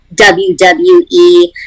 WWE